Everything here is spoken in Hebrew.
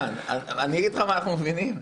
איתן, אגיד לך מה אנחנו מבינים?